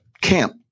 Camp